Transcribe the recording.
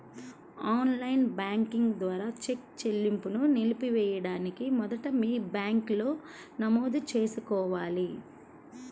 on line banking ద్వారా చెక్ చెల్లింపును నిలిపివేయడానికి మొదట మీ బ్యాంకులో నమోదు చేసుకోవాలి